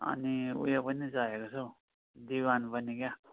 अनि उयो पनि चाहिएको छ हौ दिवान पनि क्या